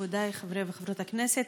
מכובדיי חברי וחברות הכנסת,